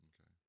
okay